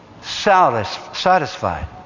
satisfied